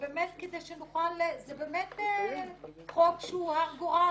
ובאמת כדי שנוכל - זה באמת חוק שהוא הרה גורל,